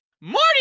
morning